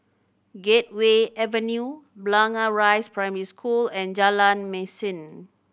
Gateway Avenue Blangah Rise Primary School and Jalan Mesin